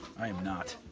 i am not.